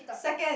second